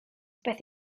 beth